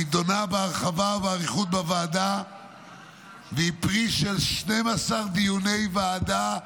נדונה בהרחבה ובאריכות בוועדה והיא פרי של 12 דיוני ועדה,